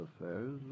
affairs